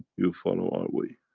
you follow our way.